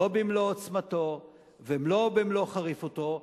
לא במלוא עוצמתו ולא במלוא חריפותו,